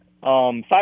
five